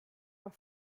are